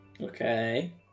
Okay